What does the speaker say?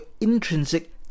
intrinsic